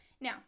Now